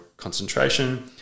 concentration